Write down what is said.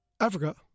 Africa